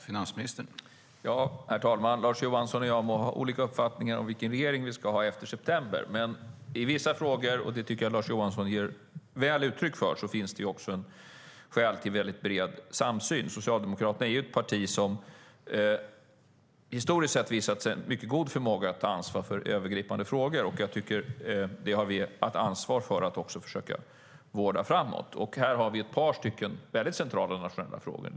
Herr talman! Lars Johansson och jag må ha olika uppfattningar om vilken regering vi ska ha efter september, men i vissa frågor - det ger Lars Johansson väl uttryck för - finns det skäl till bred samsyn. Socialdemokraterna är ett parti som historiskt sett har visat sig ha mycket god förmåga att ta ansvar för övergripande frågor, och vi har ett ansvar för att vårda denna förmåga framåt. Här finns ett par centrala och nationella frågor.